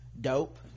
dope